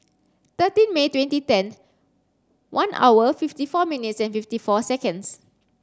thirteen May twenty ten one hour fifty four minutes and fifty four seconds